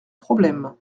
problème